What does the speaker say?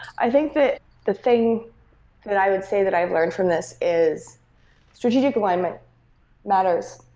i think that the thing that i would say that i've learned from this is strategic alignment matters.